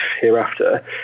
hereafter